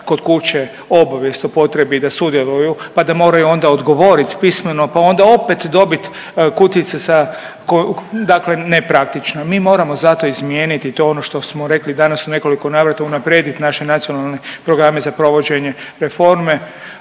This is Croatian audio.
kod kuće obavijest o potrebi da sudjeluju pa da moraju onda odgovoriti pismeno pa onda opet dobiti kutijice sa .../nerazumljivo/... dakle nepraktično. Mi moramo zato izmijeniti, to je ono što smo rekli danas u nekoliko navrata, unaprijediti naše nacionalne programe za provođenje reforme,